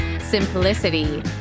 simplicity